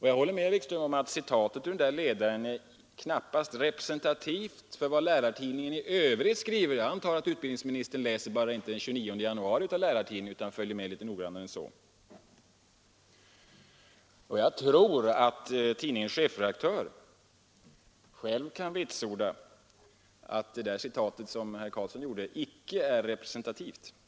Jag håller med herr Wikström om att citatet ur den ledaren knappast är representativt för vad Lärartidningen i övrigt skriver. Jag antar att utbildningsministern inte bara har läst Lärartidningen den 29 januari utan att han följer med litet noggrannare än så. Jag tror att tidningens chefredaktör själv kan vitsorda att det citat som herr Carlsson anförde icke är representativt.